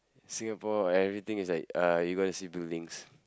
Singapore everything is like uh you got to see buildings